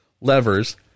levers